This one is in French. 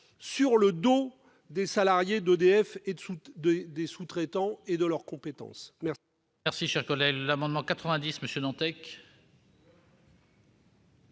sur le dos des salariés d'EDF, des sous-traitants et de leurs compétences.